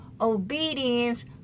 Obedience